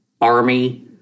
army—